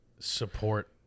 Support